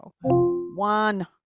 One